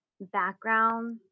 background